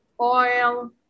oil